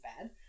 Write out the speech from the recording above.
bad